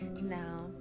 now